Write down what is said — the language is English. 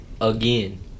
again